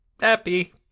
Happy